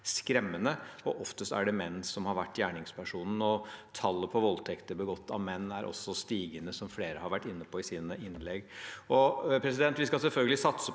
skremmende, og oftest er det menn som har vært gjerningspersonen. Tallet på voldtekter begått av menn er også stigende, som flere har vært inne på i sine innlegg. Vi skal selvfølgelig satse på